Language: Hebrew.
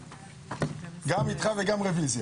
גם אתך וגם רביזיה.